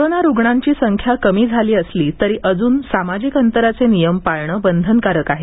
corona रुग्णांची संख्या कमी झाली असली तरीही अजून सामाजिक अंतराचे नियम पाळणं बंधनकारक आहे